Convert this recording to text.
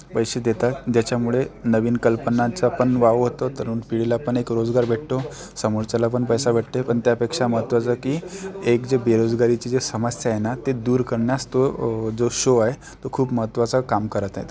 पैसे देतात ज्याच्यामुळे नवीन कल्पनांचा पण वाव होतो तरुण पिढीला पण एक रोजगार भेटतो समोरच्याला पण पैसा भेटते पण त्यापेक्षा महत्वाचं की एक जे बेरोजगारीची जी समस्या आहे ना ते दूर करण्यास तो जो शो आहे तो खूप महत्वाचं काम करत आहे